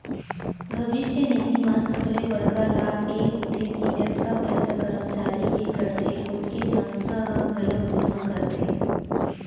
भविस्य निधि म सबले बड़का लाभ ए होथे के जतका पइसा करमचारी के कटथे ओतके संस्था ह घलोक जमा करथे